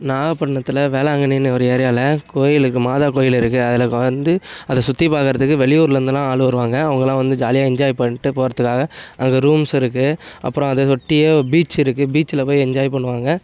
நாகபட்னத்தில் வேளாங்கண்ணின்னு ஒரு ஏரியாவில் கோயில் இருக்கு மாதா கோயில் இருக்கு அதில் வந்து அதை சுற்றி பார்க்கறதுக்கு வெளியூரில் இருந்துலாம் ஆள் வருவாங்க அவங்கலாம் வந்து ஜாலியாக என்ஜாய் பண்ணிட்டு போகறதுக்காக அங்கே ரூம்ஸு இருக்கு அப்புறம் அது இது ஒட்டியே பீச் இருக்கு பீச்சில் போய் என்ஜாய் பண்ணுவாங்க